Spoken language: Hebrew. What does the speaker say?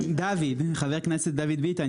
חבר הכנסת דוד ביטן,